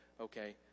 Okay